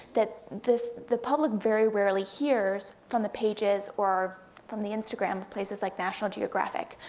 that this, the public very rarely hears from the pages, or from the instagram places like national geographic.